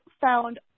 found